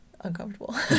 uncomfortable